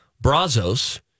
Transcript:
brazos